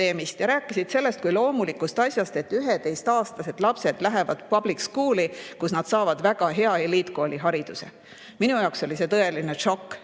ja rääkisid sellest kui loomulikust asjast, et 11‑aastased lapsed lähevadpublic school'i, kus nad saavad väga hea eliitkoolihariduse. Minu jaoks oli see tõeline šokk.